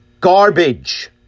garbage